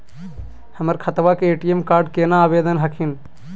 हमर खतवा के ए.टी.एम कार्ड केना आवेदन हखिन?